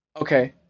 okay